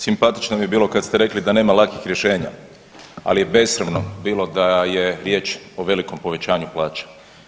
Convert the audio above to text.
Simpatično mi je bilo kad ste rekli da nema lakih rješenja, ali je besramno da je riječ o velikom povećanju plaća.